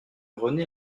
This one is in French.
rené